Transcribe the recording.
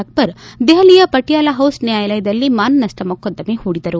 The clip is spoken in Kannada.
ಅಕ್ಟರ್ ದೆಹಲಿಯ ಪಟಿಯಾಲಾ ಪೌಸ್ ನ್ಯಾಯಾಲಯದಲ್ಲಿ ಮಾನ ನಪ್ಪ ಮೊಕದ್ದಮೆ ಹೂಡಿದ್ದರು